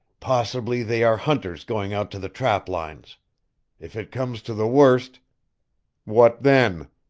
possibly they are hunters going out to the trap-lines. if it comes to the worst what then?